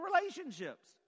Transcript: relationships